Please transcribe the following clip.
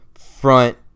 front